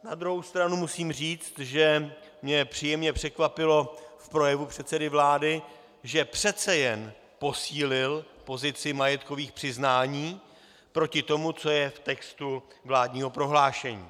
Na druhou stranu musím říct, že mě příjemně překvapilo v projevu předsedy vlády, že přece jen posílil pozici majetkových přiznání proti tomu, co je v textu vládního prohlášení.